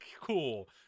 cool